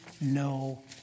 no